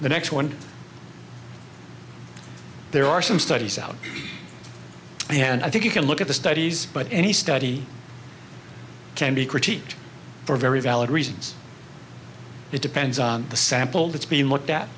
the next one there are some studies out and i think you can look at the studies but any study can be critiqued for very valid reasons it depends on the sample that's being looked at